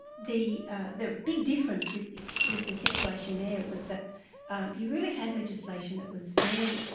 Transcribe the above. the ah the big difference with with the situation there was that you really had legislation that was very,